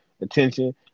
attention